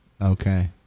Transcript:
Okay